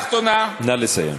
נא לסיים.